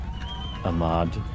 Ahmad